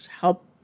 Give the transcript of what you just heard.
help